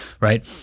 right